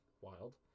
wild